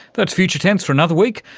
that's future tense for another week.